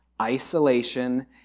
isolation